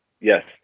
Yes